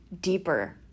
deeper